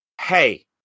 hey